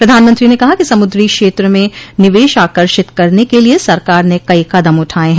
प्रधानमंत्री ने कहा कि समुद्री क्षेत्र में निवेश आकर्षित करने के लिए सरकार ने कई कदम उठाए हैं